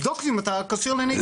לבדוק אם אתה כשיר לנהיגה.